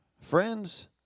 Friends